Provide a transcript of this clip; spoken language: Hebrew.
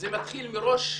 זה מתחיל מראש הפירמידה,